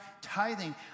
tithing